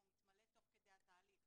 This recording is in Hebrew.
הוא מתמלא תוך כדי התהליך.